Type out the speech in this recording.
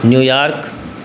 New York